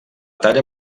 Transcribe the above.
talla